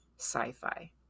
sci-fi